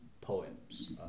poems